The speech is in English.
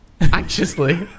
Anxiously